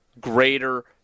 greater